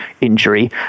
injury